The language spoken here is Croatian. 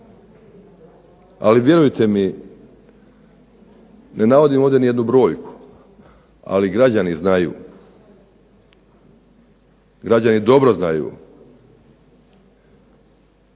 Ali, vjerujte mi ne navodim ovdje ni jednu brojku, ali građani znaju, građani dobro znaju